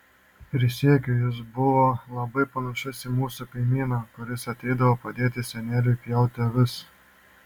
prisiekiu jis buvo labai panašus į mūsų kaimyną kuris ateidavo padėti seneliui pjauti avis